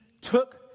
took